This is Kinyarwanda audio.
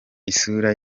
isura